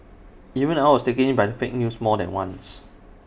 even I was taken in by fake news more than once